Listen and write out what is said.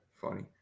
funny